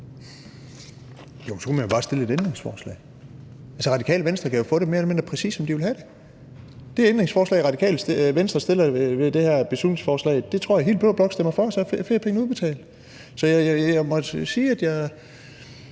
Så kunne man jo bare stille et ændringsforslag. Altså, Radikale Venstre kan jo få det, mere eller mindre som de vil have det. Det ændringsforslag, som Radikale Venstre stiller til det her beslutningsforslag, tror jeg hele blå blok stemmer for, og så er feriepengene udbetalt. Det er måske mig, der